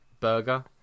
burger